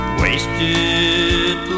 wasted